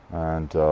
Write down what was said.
and